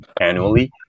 annually